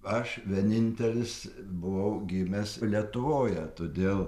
aš vienintelis buvau gimęs lietuvoje todėl